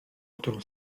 którą